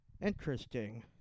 Interesting